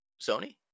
Sony